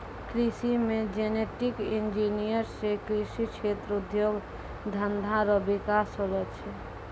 कृषि मे genetic engineer से कृषि क्षेत्र उद्योग धंधा रो विकास होलो छै